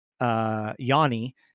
Yanni